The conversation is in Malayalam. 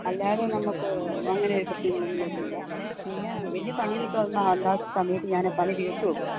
അല്ലാതെ നമ്മൾക്ക് അങ്ങനെ ഒരു പ്രശ്നങ്ങളൊന്നും വരുന്നില്ല പിന്നെ വലിയ പണി ഇപ്പം ഉണ്ടാകുന്ന സമയത്ത് ഞാൻ ആ പണി തീർത്തു വയ്ക്കും